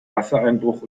wassereinbruch